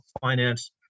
finance